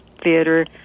theater